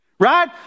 Right